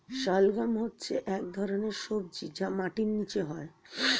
শালগ্রাম হচ্ছে এক ধরনের সবজি যা মাটির নিচে হয়